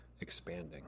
expanding